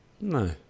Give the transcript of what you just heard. No